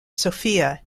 sophia